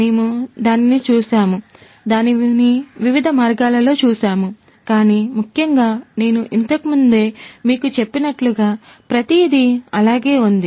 మేము దానిని చూశాము దానిని వివిధ మార్గాల్లో చూసాము కాని ముఖ్యంగా నేను ఇంతకు ముందే మీకు చెప్పినట్లుగా ప్రతిదీ అలాగే ఉంది